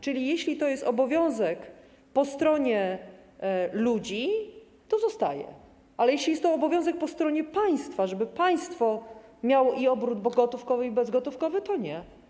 Czyli jeśli to jest obowiązek po stronie ludzi, to zostaje, ale jeśli jest to obowiązek po stronie państwa, żeby państwo zapewniało obrót gotówkowy i bez gotówkowy, to nie.